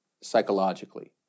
psychologically